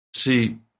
See